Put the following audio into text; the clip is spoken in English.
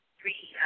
three